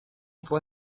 fue